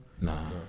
Nah